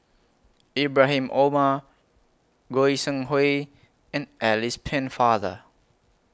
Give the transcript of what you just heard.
Ibrahim Omar Goi Seng Hui and Alice Pennefather